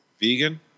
vegan